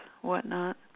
whatnot